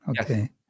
okay